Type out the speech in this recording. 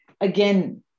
Again